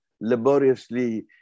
laboriously